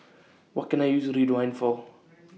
What Can I use Ridwind For